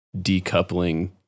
decoupling